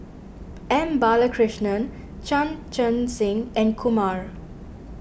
M Balakrishnan Chan Chun Sing and Kumar